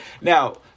now